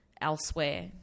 elsewhere